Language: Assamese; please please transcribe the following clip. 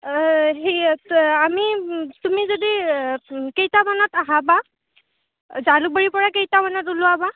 অঁ সেই আমি তুমি যদি কেইটা মানত আহা বা জালুকবাৰীৰ পৰা কেইটামানত ওলোৱা বা